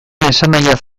esanahiaz